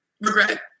Regret